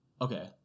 Okay